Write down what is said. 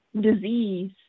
disease